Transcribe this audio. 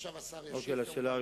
עכשיו השר ישיב.